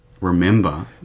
remember